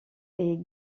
est